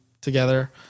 together